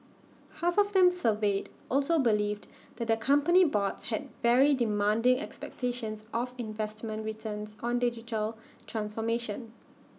half of them surveyed also believed that their company boards had very demanding expectations of investment returns on digital transformation